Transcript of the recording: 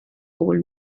old